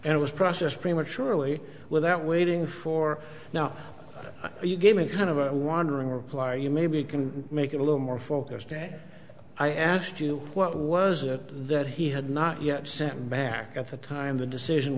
and it was processed prematurely without waiting for now you gave me kind of a wandering reply are you maybe can make it a little more focused and i asked you what was it that he had not yet sent back at the time the decision